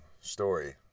story